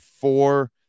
four